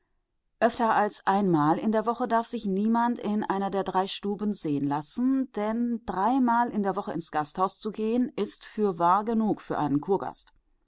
als einmal in der woche darf sich niemand in einer der drei stuben sehen lassen denn dreimal in der woche ins gasthaus zu gehen ist fürwahr genug für einen